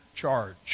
charge